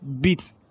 beat